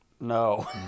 No